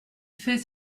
fait